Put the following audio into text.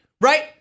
right